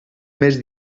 més